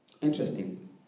Interesting